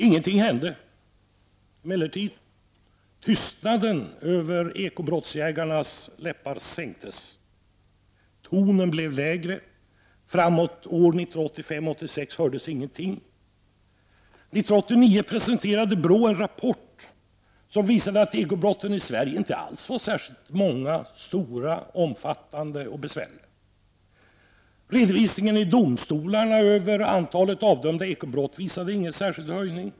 Det hände emellertid inte någonting. Tystnaden sänkte sig över ekobrottsbekämparnas läppar. Tonen blev lägre. Fram till år 1985-1986 hördes ingenting. BRÅ presenterade en rapport 1989 som visade att ekobrotten i Sverige inte alls var vare sig särskilt många, stora, omfattande eller besvärliga. Redovisningen vid domstolarna över antalet avdömda ekobrott visade ingen särskild ökning.